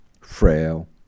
frail